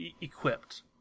equipped